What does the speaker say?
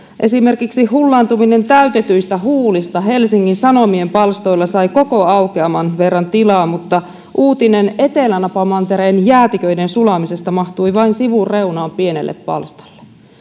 esimerkiksi hullaantuminen täytetyistä huulista helsingin sanomien palstoilla sai koko aukeaman verran tilaa mutta uutinen etelänapamantereen jäätiköiden sulamisesta mahtui vain sivun reunaan pienelle palstalle